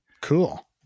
Cool